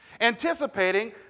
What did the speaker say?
anticipating